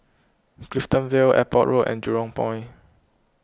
Clifton Vale Airport Road and Jurong Point